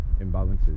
imbalances